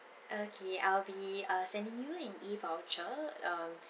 okay I'll be uh sending you an E voucher um